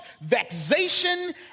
vexation